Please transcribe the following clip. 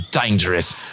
dangerous